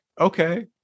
okay